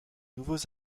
nouveaux